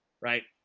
right